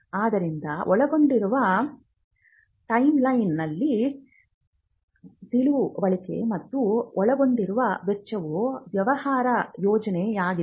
ಆದ್ದರಿಂದ ಒಳಗೊಂಡಿರುವ ಟೈಮ್ಲೈನ್ನ ತಿಳುವಳಿಕೆ ಮತ್ತು ಒಳಗೊಂಡಿರುವ ವೆಚ್ಚವು ವ್ಯವಹಾರ ಯೋಜನೆಯಾಗಿದೆ